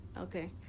Okay